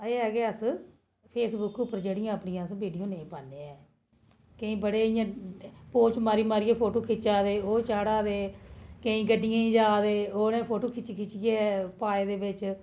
एह् केह् अस फेसबुक पर जेह्ड़ी अस अपनी बिडियो नेईं पान्ने ऐ केईं बड़े प मारियै मारियै फोटो खिच्चै दे ओह् चाढ़ा दे केई गड्डियें च जा'दे ओह्ड़े फोटो खिच्चियै खिच्चियै पा दे बिच